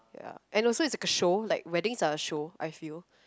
and also it's like a show like weddings are a show I feel